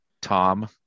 Tom